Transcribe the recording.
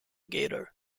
gator